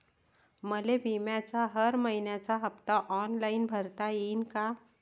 मले बिम्याचा हर मइन्याचा हप्ता ऑनलाईन भरता यीन का?